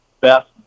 best